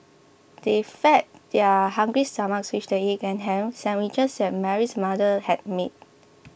they fed their hungry stomachs with the egg and ham sandwiches that Mary's mother had made